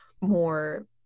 more